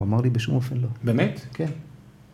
‫הוא אמר לי בשום אופן לא. ‫-באמת? ‫-כן.